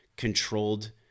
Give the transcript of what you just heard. controlled